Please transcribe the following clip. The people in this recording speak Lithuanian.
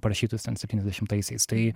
parašytus ten septyniasdešimtaisiais tai